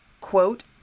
quote